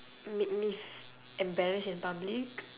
make me f~ embarrass in public